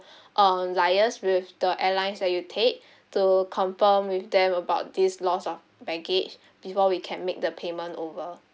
uh liaise with the airlines that you take to confirm with them about this lost of baggage before we can make the payment over